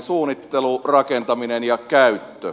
suunnittelu rakentaminen ja käyttö